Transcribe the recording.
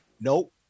Nope